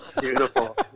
beautiful